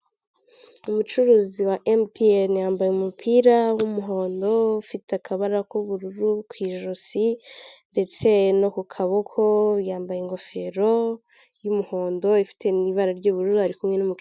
Umucuruzi wa emutiyeni yambaye umupira w'umuhondo ufite akabara k'ubururu ku ijosi ndetse no ku kaboko yambaye ingofero y'umuhondo ifite n'ibara ry'ubururu ari kumwe n'umukiriya.